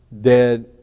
dead